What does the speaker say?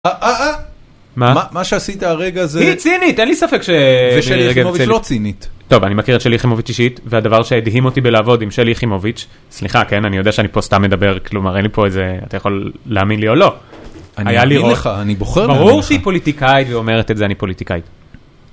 אה אה אה, מה? מה שעשית הרגע זה מי צינית? אין לי ספק שמירי רגב... ושלי יחימוביץ' לא צינית. טוב אני מכיר את שלי יחימוביץ אישית והדבר שהדהים אותי בלעבוד עם שלי יחימוביץ סליחה כן אני יודע שאני פה סתם מדבר כלומר אין לי פה איזה אתה יכול להאמין לי או לא... היה לראות, אני מאמין לך, אני בוחר להאמין לך. ברור שהיא פוליטיקאית והיא אומרת את זה אני פוליטיקאית